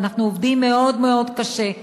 אנחנו עובדים מאוד מאוד קשה.